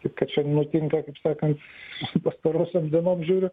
kaip kad čia nutinka kaip sakant su su pastarosiom dienom žiūriu